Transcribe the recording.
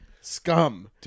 scum